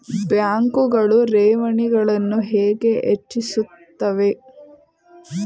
ಬ್ಯಾಂಕುಗಳು ಠೇವಣಿಗಳನ್ನು ಹೇಗೆ ಹೆಚ್ಚಿಸುತ್ತವೆ?